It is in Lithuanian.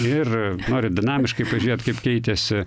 ir nori dinamiškai pažiūrėt kaip keitėsi